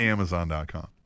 Amazon.com